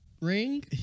Ring